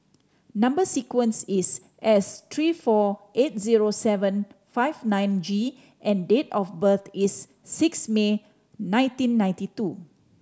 number sequence is S three four eight zero seven five nine G and date of birth is six May nineteen ninety two